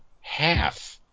half